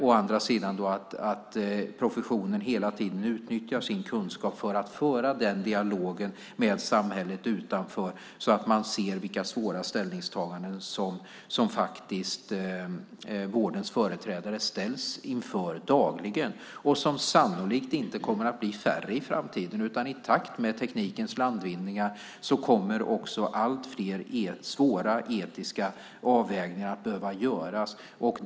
Å andra sidan måste professionen hela tiden utnyttja sin kunskap för att föra dialogen med samhället utanför så att man ser vilka svåra ställningstaganden som vårdens företrädare ställs inför dagligen. De kommer sannolikt inte att bli färre i framtiden, utan i takt med teknikens landvinningar kommer också allt fler svåra etiska avvägningar att behöva göras.